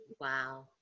Wow